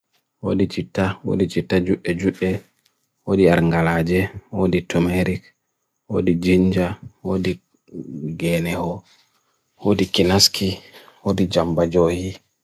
Odi cheeta, odi cheeta ju eju e, odi arangalaje, odi tomerik, odi jinja, odi gene ho, odi kinaski, odi jamba jo hi.